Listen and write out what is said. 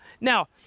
Now